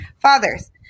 fathers